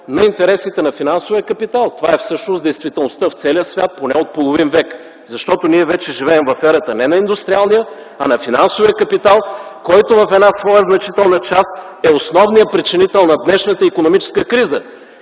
на интересите на финансовия капитал. Това е всъщност действителността в целия свят поне от половин век, защото вече живеем в ерата не на индустриалния, а на финансовия капитал, който в една своя значителна част е основният причинител на днешната икономическа криза.